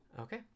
Okay